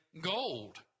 gold